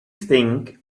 think